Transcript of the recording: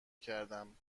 کردم